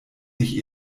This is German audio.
sich